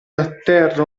atterra